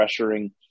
pressuring